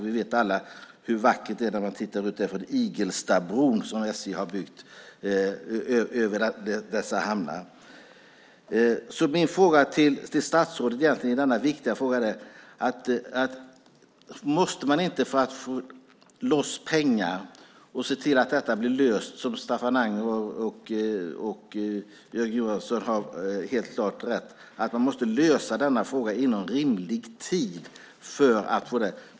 Vi vet alla hur vackert det är när man tittar ut över Igelstabron som SJ har byggt över dessa hamnar. Min fråga till statsrådet i denna viktiga fråga är: Måste man inte lösa denna fråga inom rimlig tid för att få loss pengar i detta sammanhang? Staffan Anger och Jörgen Johansson har helt klart rätt i fråga om detta.